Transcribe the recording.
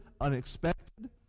unexpected